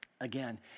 again